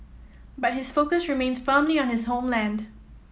but his focus remains firmly on his homeland